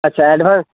আচ্ছা অ্যাডভান্স